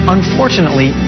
Unfortunately